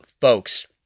folks